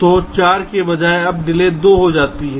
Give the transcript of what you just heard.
तो 4 के बजाय अब डिले 2 हो जाती है